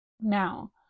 Now